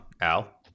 al